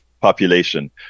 population